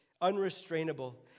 unrestrainable